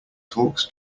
talks